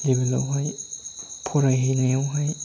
लेभेलावहाय फरायहैनायावहाय